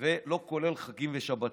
ולא כולל חגים ושבתות,